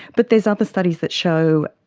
but there's other studies that show,